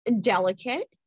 delicate